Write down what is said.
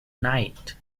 night